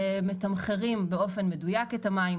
מתמחרים באופן מדויק את המים,